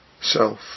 self